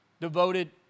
Devoted